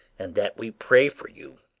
and that we pray for you